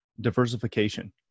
diversification